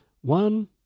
One